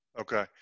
Okay